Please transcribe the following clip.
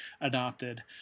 adopted